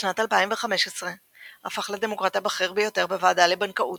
בשנת 2015 הפך לדמוקרט הבכיר ביותר בוועדה לבנקאות,